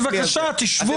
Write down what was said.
גם בוועדה לבחירת שופטים,